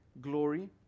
glory